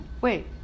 Wait